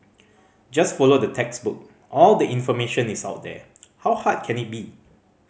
just follow the textbook all the information is out there how hard can it be